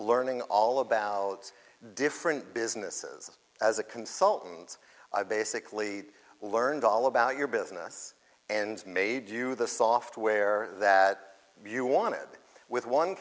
learning all about different businesses as a consultant i basically learned all about your business and made you the software that you wanted with one